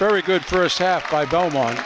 very good first half by belmont